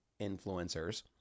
influencers